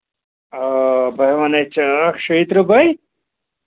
آ بٕے وَنے ژےٚ اکھ شیٚیہِ ترٕٛہ بَے